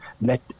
let